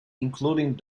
including